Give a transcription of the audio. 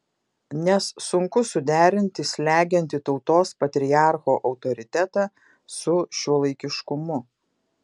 nes sunku suderinti slegiantį tautos patriarcho autoritetą su šiuolaikiškumu